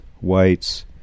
whites